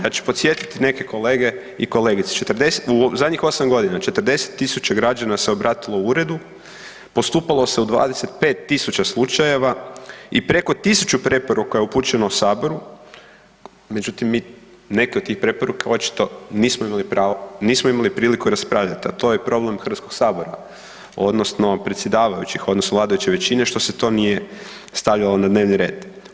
Ja ću podsjetiti neke kolege i kolege, u zadnjih 8 g., 40 000 građana se obratilo uredu, postupalo se u 25 000 slučajeva i preko 1000 preporuka je upućeno Saboru, međutim mi neke od tih preporuka očito nismo imali pravo, nismo imali priliku raspravljati a to je problem Hrvatskog sabora, odnosno predsjedavajućih odnosno vladajuće većine što se to nije stavljalo na dnevni red.